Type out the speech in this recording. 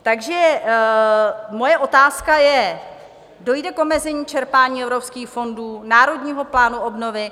Takže moje otázka je: Dojde k omezení čerpání evropských fondů, Národního fondu obnovy?